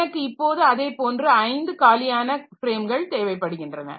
எனக்கு இப்போது அதே போன்று ஐந்து காலியான ஃப்ரேம்கள் தேவைப்படுகின்றன